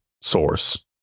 source